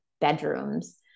bedrooms